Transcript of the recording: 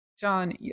John